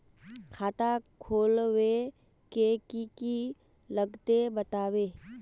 खाता खोलवे के की की लगते बतावे?